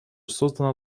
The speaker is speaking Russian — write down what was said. создана